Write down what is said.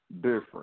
different